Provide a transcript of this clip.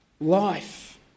life